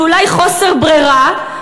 זה אולי חוסר ברירה,